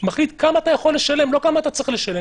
מחליט כמה אתה יכול לשלם ולא כמה אתה צריך לשלם.